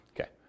Okay